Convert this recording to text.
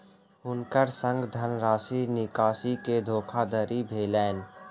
हुनकर संग धनराशि निकासी के धोखादड़ी भेलैन